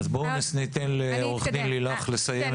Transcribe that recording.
בואו ניתן לעורכת הדין לילך לסיים את הסקירה הכללית.